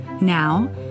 Now